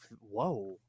whoa